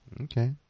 Okay